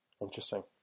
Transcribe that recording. interesting